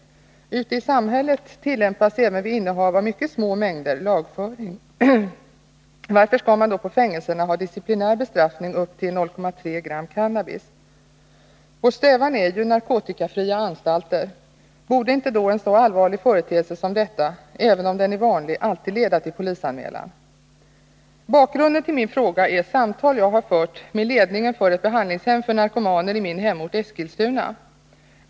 Ute i samhället tillämpas lagföring även vid innehav av mycket små mängder. Varför skall man då på fängelserna ha disciplinär bestraffning för innehav av upp till 0,3 g cannabis? Vår strävan är ju att få narkotikafria anstalter. Borde inte då en så allvarlig företeelse som den det här är fråga om, även om den är vanlig, alltid leda till polisanmälan? Bakgrunden till min fråga är samtal som jag haft med ledningen för ett behandlingshem för narkomaner i min hemort, Eskilstuna.